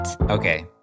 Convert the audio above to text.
Okay